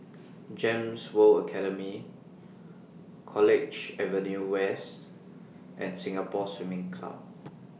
Gems World Academy College Avenue West and Singapore Swimming Club